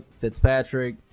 Fitzpatrick